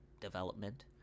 development